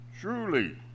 Truly